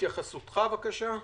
התייחסותך בבקשה.